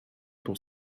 pour